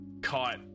caught